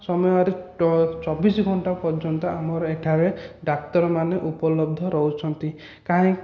ସମୟରେ ଚବିଶ ଘଣ୍ଟା ପର୍ଯ୍ୟନ୍ତ ଆମର ଏଠାରେ ଡାକ୍ତରମାନେ ଉପଲବ୍ଧ ରହୁଛନ୍ତି କାହିଁ